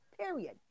period